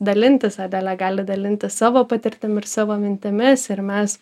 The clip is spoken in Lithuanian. dalintis adelė gali dalintis savo patirtim ir savo mintimis ir mes